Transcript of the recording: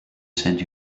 send